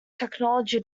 technology